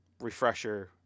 refresher